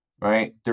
right